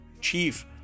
chief